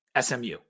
SMU